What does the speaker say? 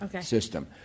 system